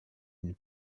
une